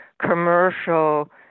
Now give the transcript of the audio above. commercial